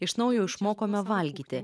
iš naujo išmokome valgyti